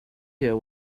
here